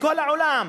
בכל העולם.